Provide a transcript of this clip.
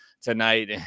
tonight